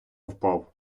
впав